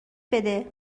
بده